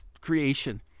creation